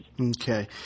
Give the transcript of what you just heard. Okay